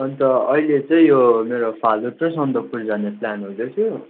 अन्त अहिले चाहिँ यो मेरो फालुट र सन्दकपुर जाने प्लान हुँदैथ्यो